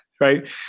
right